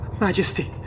Majesty